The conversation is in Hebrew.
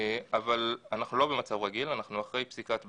אבל אנחנו לא במצב רגיל, אנחנו אחרי פסיקת בג"ץ,